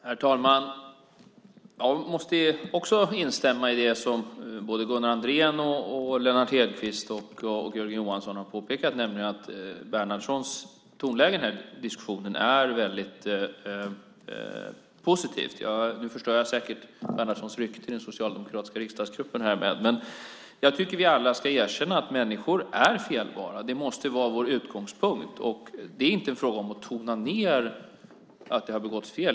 Herr talman! Jag måste också instämma i det som Gunnar Andrén, Lennart Hedquist och Jörgen Johansson har påpekat, nämligen att Bernhardssons tonläge i diskussionen är positivt. Nu förstör jag säkert Bernhardssons rykte i den socialdemokratiska riksdagsgruppen, men jag tycker att vi alla ska erkänna att människor är felbara. Det måste vara vår utgångspunkt. Det är inte fråga om att tona ned att det har begåtts fel.